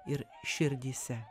ir širdyse